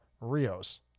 Rios